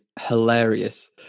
hilarious